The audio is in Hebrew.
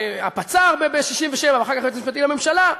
הפצ"ר ב-1967 ואחר כך היועץ המשפטי לממשלה,